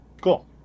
Cool